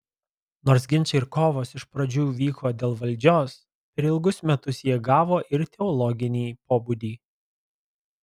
nors ginčai ir kovos iš pradžių vyko dėl valdžios per ilgus metus jie įgavo ir teologinį pobūdį